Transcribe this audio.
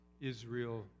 Israel